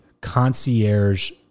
concierge